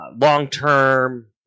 long-term